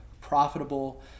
profitable